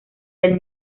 del